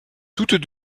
toutes